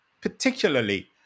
particularly